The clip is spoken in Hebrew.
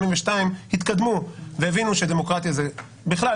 התקדמו והבינו שדמוקרטיה זה בכלל,